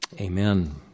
Amen